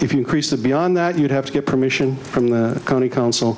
if you crease the beyond that you'd have to get permission from the county council